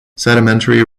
sedimentary